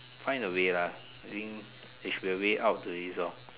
find away lah I think there should be away to this hor